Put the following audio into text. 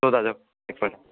सोध जाऊ एक पालि